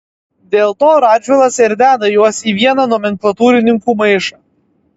dėl to radžvilas ir deda juos į vieną nomenklatūrininkų maišą